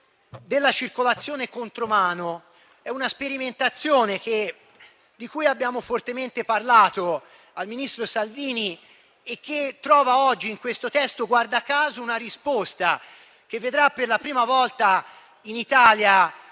della circolazione contromano. È una sperimentazione di cui abbiamo fortemente parlato al ministro Salvini e che trova oggi in questo provvedimento una risposta che vedrà, per la prima volta in Italia,